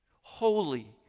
Holy